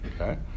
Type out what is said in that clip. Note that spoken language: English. okay